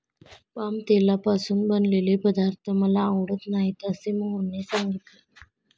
palm तेलापासून बनवलेले पदार्थ मला आवडत नाहीत असे मोहनने सांगितले